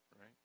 right